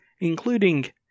including